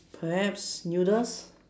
perhaps noodles